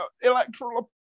electoral